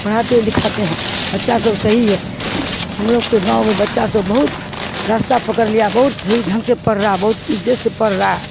پڑھاتے لکھاتے ہیں بچہ سب صحیح ہے ہم لوگ کے گاؤں میں بچہ سب بہت راستہ پکڑ لیا بہت صحیح ڈھنگ سے پڑھ رہا ہے بہت عزت سے پڑھ رہا ہے